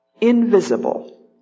invisible